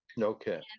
Okay